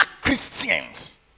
Christians